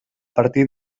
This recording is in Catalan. partir